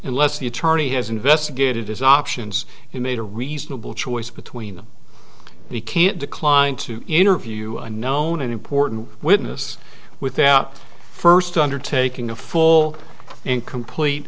unless the attorney has investigated his options and made a reasonable choice between them he can't decline to interview a known and important witness without first undertaking a full and complete